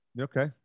okay